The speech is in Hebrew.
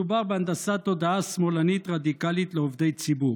מדובר בהנדסת תודעה שמאלנית רדיקלית לעובדי ציבור.